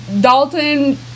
Dalton